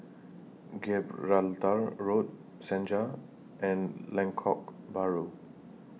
Gibraltar Road Senja and Lengkok Bahru